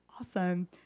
Awesome